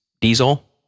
diesel